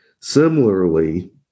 Similarly